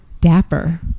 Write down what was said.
dapper